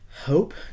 Hope